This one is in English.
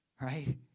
Right